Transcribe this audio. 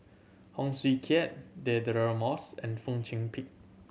Heng Swee Keat Deirdre Moss and Fong Chong Pik